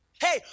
Hey